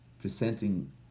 presenting